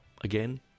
again